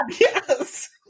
yes